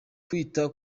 kwita